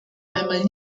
einmal